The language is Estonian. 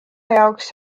jaoks